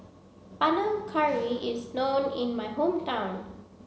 Panang Curry is known in my hometown